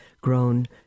grown